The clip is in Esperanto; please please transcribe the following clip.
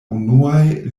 unuaj